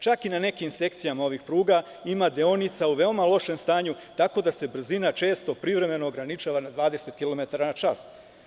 Čak i na nekim sekcijama ovih pruga ima deonica u veoma lošem stanju tako da se brzina često privremeno ograničava na 20 kilometara na čas.